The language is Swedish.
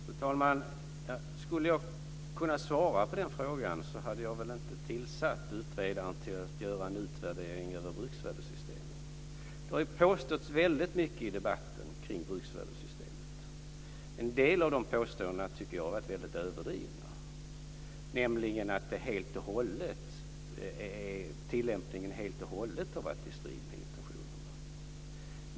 Fru talman! Skulle jag kunna svara på den frågan hade jag väl inte tillsatt en utredare att göra en utvärdering av bruksvärdessystemet. Det har påståtts väldigt mycket i debatten kring bruksvärdessystemet. En del av de påståendena tycker jag har varit väldigt överdrivna, t.ex. att tillämpningen helt och hållet har varit i strid med intentionerna.